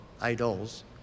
idols